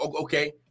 okay